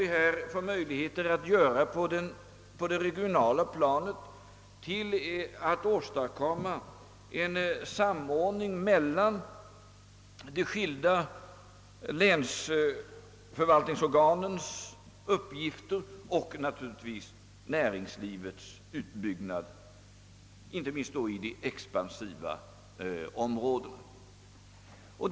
Vi arbetar här på att åstadkomma en samordning mellan de skilda länsförvaltningsorganens uppgifter och — naturligtvis — näringslivets utbyggnad, inte minst i de expansiva områdena.